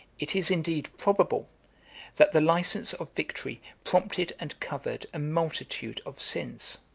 it is indeed probable that the license of victory prompted and covered a multitude of sins